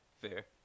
fair